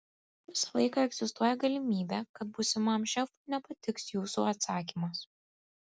visą laiką egzistuoja galimybė kad būsimam šefui nepatiks jūsų atsakymas